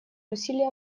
усилия